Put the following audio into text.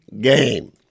game